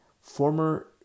former